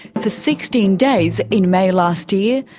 for sixteen days in may last year,